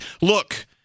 Look